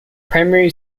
primary